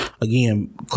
again